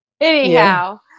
Anyhow